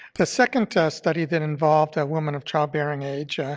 the second study that involved ah women of childbearing age,